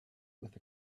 with